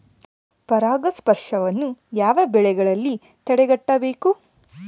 ಪರಾಗಸ್ಪರ್ಶವನ್ನು ಯಾವ ಬೆಳೆಗಳಲ್ಲಿ ತಡೆಗಟ್ಟಬೇಕು?